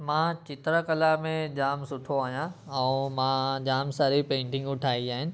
मां चित्र कला में जाम सुठो आहियां ऐं मां जाम सारी पेंटिंगूं ठाही आहिनि